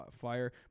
fire